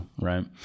right